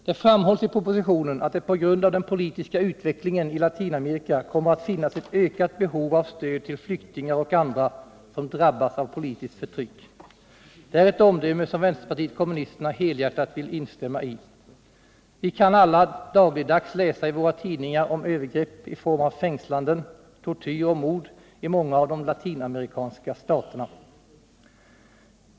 Det framhålls i propositionen att det på grund av den politiska utvecklingen i Latinamerika kommer att finnas ett ökat behov av stöd till flyktingar och andra som drabbas av politiskt förtryck. Det är ett omdöme som vänsterpartiet kommunisterna helhjärtat vill instämmai. Vi kan alla dagligdags läsa i våra tidningar om övergreppi form av fängslanden, tortyr och mord i många av de latinamerikanska staterna.